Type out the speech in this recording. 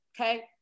okay